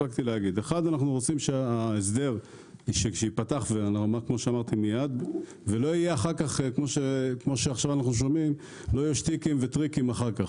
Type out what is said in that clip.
אנחנו מבקשים שההסדר ייפתח מייד ולא יהיו שטיקים וטריקים אחר כך.